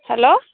hello